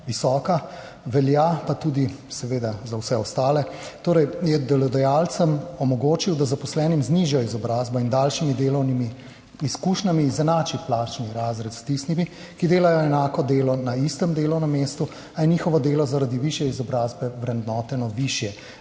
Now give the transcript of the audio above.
visoka, velja pa seveda tudi za vse ostale – da zaposlenim z nižjo izobrazbo in daljšimi delovnimi izkušnjami izenači plačni razred s tistimi, ki delajo enako delo na istem delovnem mestu, a je njihovo delo zaradi višje izobrazbe vrednoteno višje.